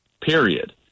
period